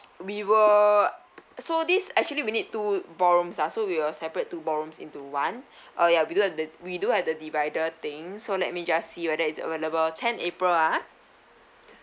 we were so this actually we need two ballrooms uh so we'll separate two ballrooms into one uh ya we do have we do have the divider thing so let me just see whether it's available tenth april ah